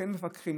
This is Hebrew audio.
כן מפקחים,